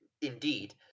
Indeed